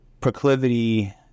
proclivity